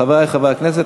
חברי חברי הכנסת,